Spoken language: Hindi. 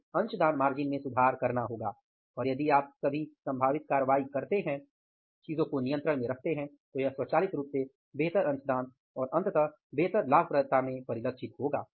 हमें अंशदान मार्जिन में सुधार करना होगा और यदि आप सभी संभावित कार्रवाई करते हैं चीजों को नियंत्रण में रखते हैं तो यह स्वचालित रूप से बेहतर अंशदान और अंततः बेहतर लाभप्रदता में परिलक्षित होगा